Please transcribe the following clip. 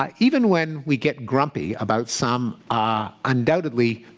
um even when we get grumpy about some ah undoubtedly